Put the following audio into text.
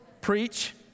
Preach